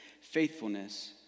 faithfulness